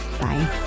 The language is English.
Bye